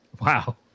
Wow